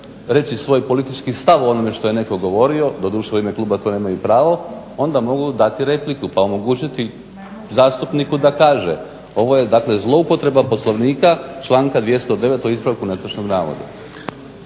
reći svoj politički stav o onome što je netko govorio, doduše u ime Kluba to ima i pravo onda mogu dati repliku i omogućiti zastupniku da kaže, ovo je dakle zloupotreba Poslovnika članka 209. o ispravku netočnog navoda.